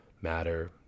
matter